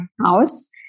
house